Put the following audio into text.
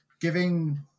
giving